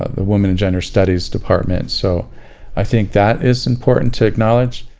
ah the women and gender studies department. so i think that is important to acknowledge.